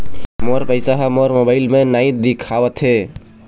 मोर पैसा ह मोर मोबाइल में नाई दिखावथे